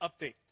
update